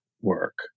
work